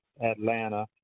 Atlanta